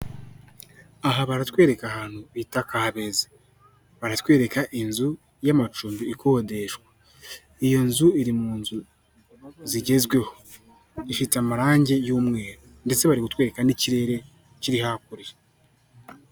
Aha baratwereka ahantu bita Kabeza. Baratwereka inzu y'amacumbi ikodeshwa. Iyo nzu iri mu nzu zigezweho. Ifite amarangi y'umweru, ndetse bari kutwereka n'ikirere kiri hakurya.